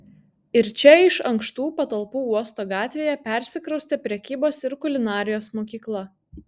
ir čia iš ankštų patalpų uosto gatvėje persikraustė prekybos ir kulinarijos mokykla